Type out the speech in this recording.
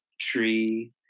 tree